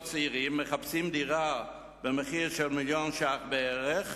צעירים ואמרו שהם מחפשים דירה במחיר של מיליון שקלים בערך.